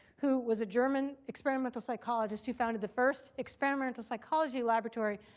who was a german experimental psychologist who founded the first experimental psychology laboratory.